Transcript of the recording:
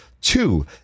Two